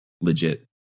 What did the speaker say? legit